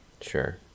Sure